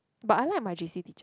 but I like my J_C teacher